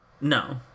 No